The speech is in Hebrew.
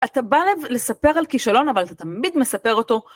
אתה בא לספר על כישלון אבל אתה תמיד מספר אותו.